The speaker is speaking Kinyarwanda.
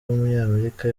w’umunyamerika